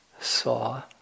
saw